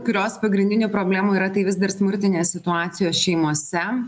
kurios pagrindinių problemų yra tai vis dar smurtinės situacijos šeimose